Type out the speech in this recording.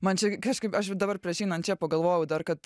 man čia kažkaip aš ir dabar prieš einan čia pagalvojau dar kad